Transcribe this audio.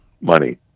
money